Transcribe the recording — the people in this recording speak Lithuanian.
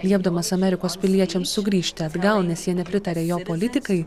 liepdamas amerikos piliečiams sugrįžti atgal nes jie nepritaria jo politikai